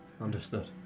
Understood